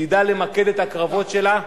תדע למקד את הקרבות שלה,